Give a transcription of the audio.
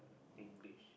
English